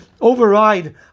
override